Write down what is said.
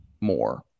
more